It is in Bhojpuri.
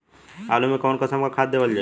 आलू मे कऊन कसमक खाद देवल जाई?